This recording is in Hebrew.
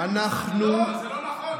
לא, זה לא נכון.